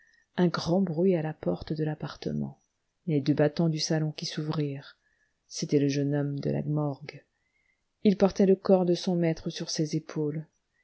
un grand bruit à la porte de l'appartement les deux battants du salon qui s'ouvrirent c'était le jeune homme de la morgue il portait le corps de son maître sur ses épaules